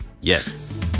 Yes